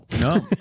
no